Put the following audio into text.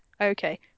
Okay